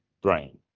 brain